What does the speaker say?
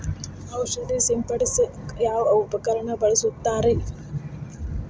ಔಷಧಿ ಸಿಂಪಡಿಸಕ ಯಾವ ಉಪಕರಣ ಬಳಸುತ್ತಾರಿ?